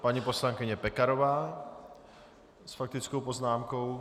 Paní poslankyně Pekarová s faktickou poznámkou.